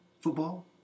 football